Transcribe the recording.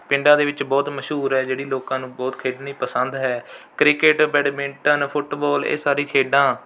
ਪਿੰਡਾਂ ਦੇ ਵਿੱਚ ਬਹੁਤ ਮਸ਼ਹੂਰ ਹੈ ਜਿਹੜੀ ਲੋਕਾਂ ਨੂੰ ਬਹੁਤ ਖੇਡਣੀ ਪਸੰਦ ਹੈ ਕ੍ਰਿਕਟ ਬੈੱਡਮਿੰਟਨ ਫੁੱਟਬਾਲ ਇਹ ਸਾਰੀ ਖੇਡਾਂ